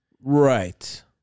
Right